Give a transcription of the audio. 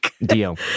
deal